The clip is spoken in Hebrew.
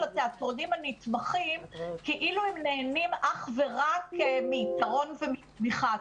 התיאטרונים הנתמכים כאילו הם נהנים אך ורק מיתרון ומתמיכה.